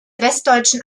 westdeutschen